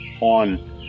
on